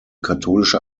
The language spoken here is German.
katholische